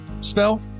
spell